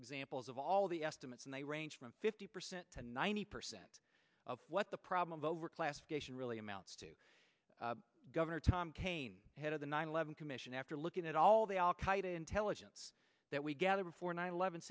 examples of all the estimates and they range from fifty percent to ninety percent of what the problem overclassification really amounts to gov tom kane head of the nine eleven commission after looking at all the al qaeda intelligence that we gather before nine eleven